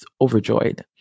overjoyed